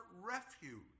refuge